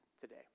today